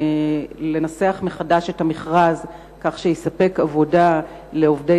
לנסח מחדש את המכרז כך שיספק עבודה לעובדי